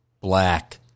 black